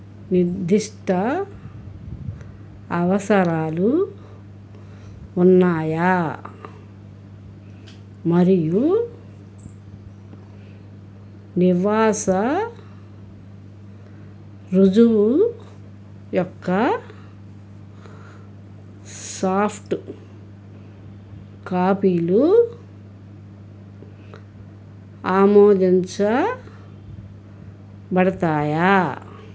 నిర్దిష్ట అవసరాలు ఉన్నాయా మరియు నివాస ఋజువు యొక్క సాఫ్ట్ కాపీలు ఆమోదించ బడతాయా